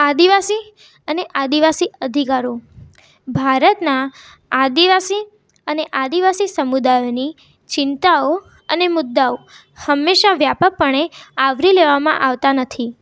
આદિવાસી અને આદિવાસી અધિકારો ભારતના આદિવાસી અને આદિવાસી સમુદાયોની ચિંતાઓ અને મુદ્દાઓ હંમેશાં વ્યાપકપણે આવરી લેવામાં આવતા નથી